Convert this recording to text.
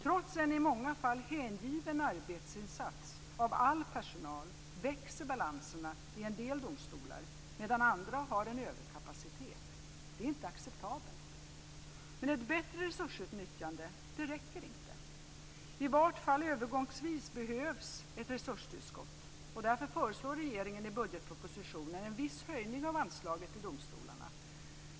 Trots en i många fall hängiven arbetsinsats av all personal växer balanserna i en del domstolar, medan andra har en överkapacitet. Det är inte acceptabelt. Men ett bättre resursutnyttjande räcker inte. I varje fall övergångsvis behövs ett resurstillskott, och därför föreslår regeringen i budgetpropositionen en viss höjning av anslaget till domstolarna.